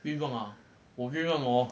愿望啊我愿望哦